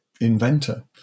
inventor